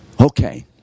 Okay